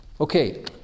Okay